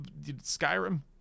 Skyrim